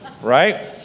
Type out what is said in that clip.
right